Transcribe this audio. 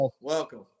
welcome